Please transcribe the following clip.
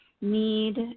need